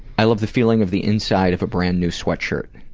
i love the feeling of the inside of a brand new sweatshirt.